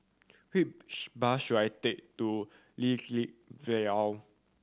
which bus should I take to Vale